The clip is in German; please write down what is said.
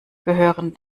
gehören